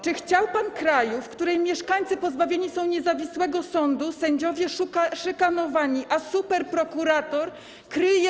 Czy chciał pan kraju, w którym mieszkańcy pozbawieni są niezawisłego sądu, sędziowie szykanowani, a superprokurator kryje